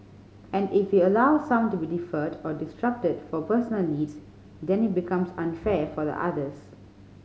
and if we allow some to be deferred or disrupted for personal needs then it becomes unfair for the others